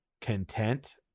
content